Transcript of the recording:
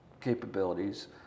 capabilities